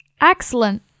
Excellent